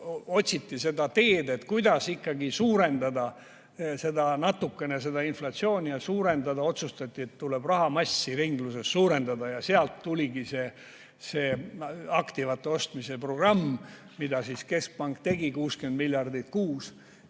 otsiti seda teed, kuidas ikkagi suurendada natukene seda inflatsiooni, ning otsustati, et tuleb rahamassi ringluses suurendada. Ja sealt tuligi see aktivate ostmise programm, mida keskpank tegi 60 miljardit kuus.